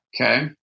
Okay